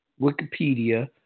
Wikipedia